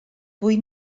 fwy